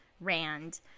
rand